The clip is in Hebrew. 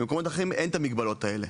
במקומות אחרים אין את המגבלות האלה,